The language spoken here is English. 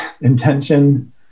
intention